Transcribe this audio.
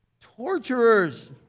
Torturers